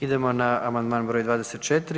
Idemo na amandman br. 24.